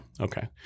Okay